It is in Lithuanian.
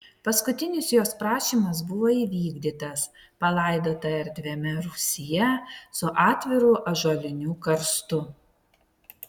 paskutinis jos prašymas buvo įvykdytas palaidota erdviame rūsyje su atviru ąžuoliniu karstu